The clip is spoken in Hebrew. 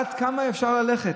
עד כמה אפשר ללכת?